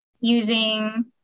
using